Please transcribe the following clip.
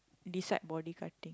beside body cutting